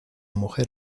mujer